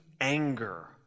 anger